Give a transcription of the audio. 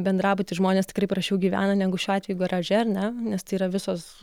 bendrabuty žmonės tikrai prasčiau gyvena negu šiuo atveju garaže ar ne nes tai yra visos